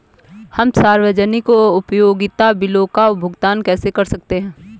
हम सार्वजनिक उपयोगिता बिलों का भुगतान कैसे कर सकते हैं?